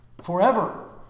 Forever